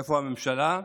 איפה הממשלה?